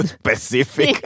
specific